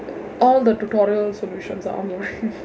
all the tutorial solutions are online